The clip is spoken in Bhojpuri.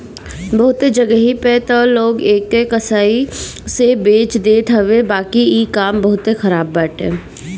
बहुते जगही पे तअ लोग एके कसाई से बेच देत हवे बाकी इ काम बहुते खराब बाटे